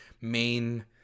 main